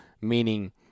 meaning